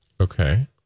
Okay